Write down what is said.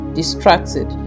distracted